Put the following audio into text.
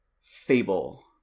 Fable